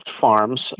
Farms